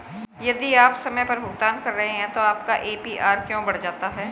यदि आप समय पर भुगतान कर रहे हैं तो आपका ए.पी.आर क्यों बढ़ जाता है?